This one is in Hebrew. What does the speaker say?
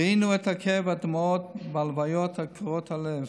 ראינו את הכאב והדמעות בהלוויות קורעות הלב.